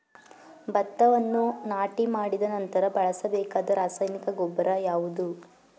ಭತ್ತವನ್ನು ನಾಟಿ ಮಾಡಿದ ನಂತರ ಬಳಸಬೇಕಾದ ರಾಸಾಯನಿಕ ಗೊಬ್ಬರ ಯಾವುದು?